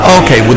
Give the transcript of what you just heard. okay